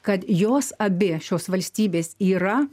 kad jos abi šios valstybės yra